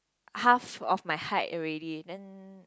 half of my height already then